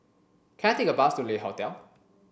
can I take a bus to Le Hotel